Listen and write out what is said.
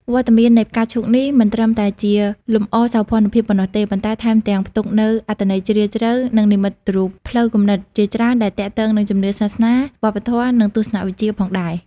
វត្តមាននៃផ្កាឈូកនេះមិនត្រឹមតែជាលម្អសោភ័ណភាពប៉ុណ្ណោះទេ ប៉ុន្តែថែមទាំងផ្ទុកនូវអត្ថន័យជ្រាលជ្រៅ និងនិមិត្តរូបផ្លូវគំនិតជាច្រើនដែលទាក់ទងនឹងជំនឿសាសនា វប្បធម៌ និងទស្សនវិជ្ជាផងដែរ។